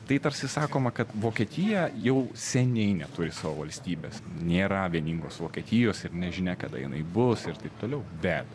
tai tarsi sakoma kad vokietija jau seniai neturi savo valstybės nėra vieningos vokietijos ir nežinia kada jinai bus ir taip toliau bet